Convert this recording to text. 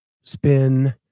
spin